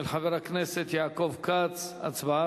של חבר הכנסת יעקב כץ, הצבעה.